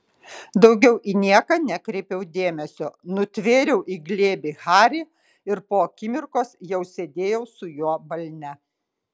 daugiau į nieką nekreipiau dėmesio nutvėriau į glėbį harį ir po akimirkos jau sėdėjau su juo balne